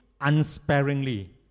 unsparingly